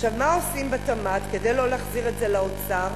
עכשיו, מה עושים בתמ"ת כדי לא להחזיר את זה לאוצר?